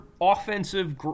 offensive